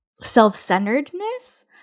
self-centeredness